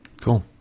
Cool